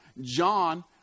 John